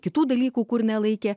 kitų dalykų kur nelaikė